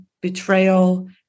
betrayal